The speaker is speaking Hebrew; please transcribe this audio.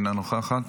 אינה נוכחת,